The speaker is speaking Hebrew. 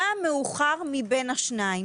מה מאוחר מבין השניים?